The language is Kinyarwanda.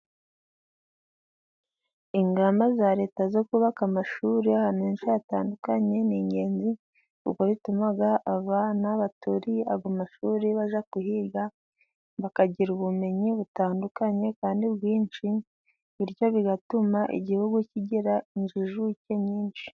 Ingamba za leta zo kubaka amashuri ahantu heshi hatandukanye ni ingenzi kuko bituma abana baturiye amashuri bajya kuhiga, bakagira ubumenyi butandukanye kandi bwinshi, bityo bigatuma igihugu kigira injijuke nyinshi.